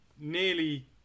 nearly